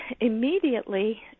immediately